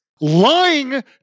lying